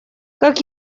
как